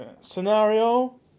scenario